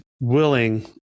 willing